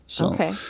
Okay